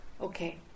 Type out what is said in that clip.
Okay